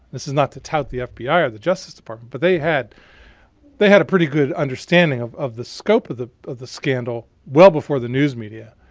this is not to tout the fbi or the justice department, but they had they had a pretty good understanding of of the scope of the of the scandal well before the news media.